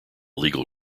legal